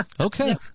okay